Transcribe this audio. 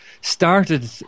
started